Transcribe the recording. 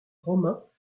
romains